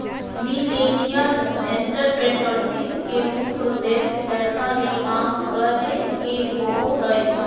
millennial entrepreneurship के मुख्य उद्देश्य पैसा ले काम करे के होबो हय